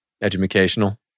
Educational